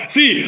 See